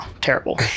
terrible